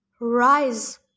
Rise